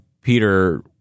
Peter